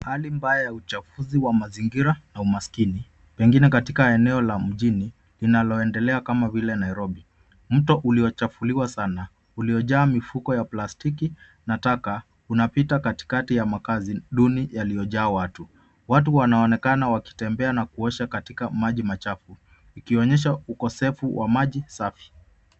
Hali mbaya ya uchafuzi wa mazingira na umaskini pengine katika eneo la mjini linaloendelea kama vile Nairobi. Mto uliochafuliwa sana uliojaa mifuko ya plastiki na taka unapita katikati ya makazi duni yaliyojaa watu. Watu wanaonekana wakitembea na kuosha katika maji machafu ikionyesha ukosefu wa maji safi.